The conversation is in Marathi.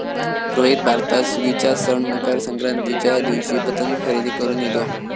रोहित भारतात सुगीच्या सण मकर संक्रांतीच्या दिवशी पतंग खरेदी करून इलो